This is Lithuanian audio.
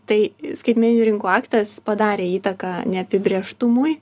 tai skaitmeninių rinkų aktas padarė įtaką neapibrėžtumui